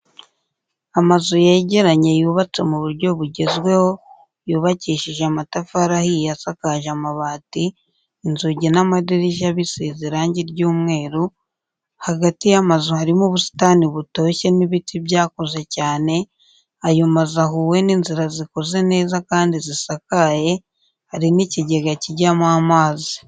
Amazu yegeranye yubatse mu buryo bugezweho yubakishije amtafari ahiye asakaje amabati inzugi n'amadirishya bisize irangi ry'umweru hagati y'amazu harimo ubusitani butoshye n'ibiti byakuze cyane, ayo mazu ahuwe n'inzira zikoze neza kandi zisakaye, hari n'ikigega kijyamo amazi.